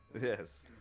Yes